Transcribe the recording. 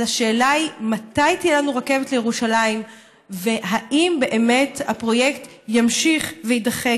השאלה היא מתי תהיה לנו רכבת לירושלים והאם באמת הפרויקט ימשיך ויידחה.